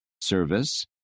service